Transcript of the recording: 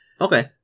Okay